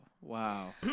wow